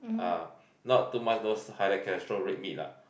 ah not too much those high cholesterol red meat ah